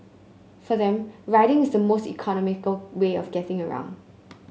for them riding is the most economical way of getting around